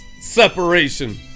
separation